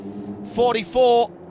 44